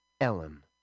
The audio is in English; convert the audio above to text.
Ellen